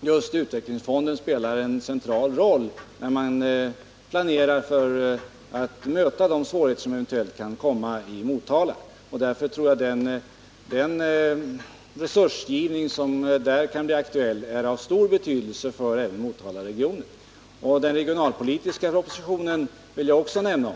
just utvecklingsfonden spelar en central roll när man planerar för att möta de svårigheter som finns i Motala. Därför tror jag att den resursgivning som där kan bli aktuell är av stor betydelse även för Motalaregionen. Den regionalpolitiska propositionen vill jag också nämna.